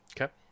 Okay